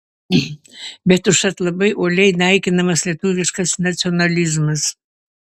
bet užtat labai uoliai naikinamas lietuviškas nacionalizmas